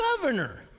governor